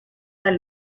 tal